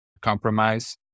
compromise